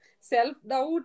self-doubt